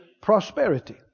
prosperity